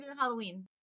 Halloween